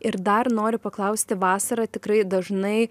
ir dar noriu paklausti vasarą tikrai dažnai